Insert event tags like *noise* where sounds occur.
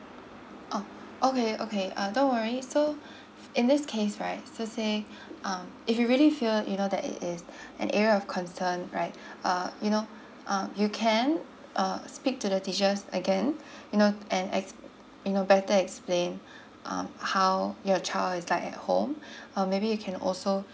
oh okay okay uh don't worry so *breath* in this case right so say *breath* um if you really feel you know that it is *breath* an area of concern right *breath* uh you know uh you can uh speak to the teachers again *breath* you know and ex~ you know better explain *breath* um how your child is like at home *breath* or maybe you can also